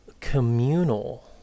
communal